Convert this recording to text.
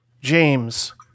James